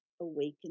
awakening